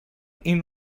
این